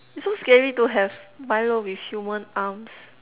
it's so scary to have Milo with human arms